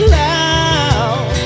loud